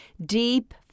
Deep